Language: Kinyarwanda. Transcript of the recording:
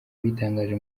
abitangaje